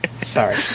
Sorry